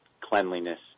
cleanliness